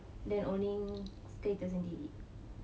then owning kereta sendiri